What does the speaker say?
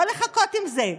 לא לחכות עם זה,